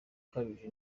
ukabije